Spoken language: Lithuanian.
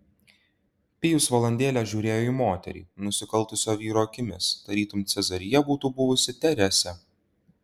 pijus valandėlę žiūrėjo į moterį nusikaltusio vyro akimis tarytum cezarija būtų buvusi teresė